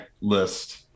list